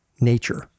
nature